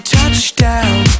Touchdown